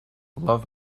love